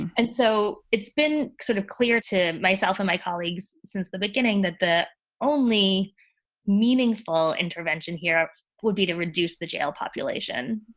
and and so it's been sort of clear to myself and my colleagues since the beginning that the only meaningful intervention here would be to reduce the jail population